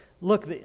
look